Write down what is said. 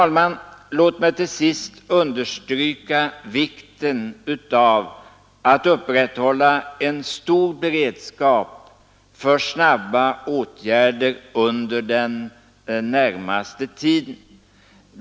Låt mig till sist understryka vikten av att upprätthålla en stor beredskap för snabba åtgärder under den närmaste tiden.